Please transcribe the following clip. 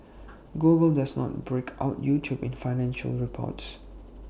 Google does not break out YouTube in financial reports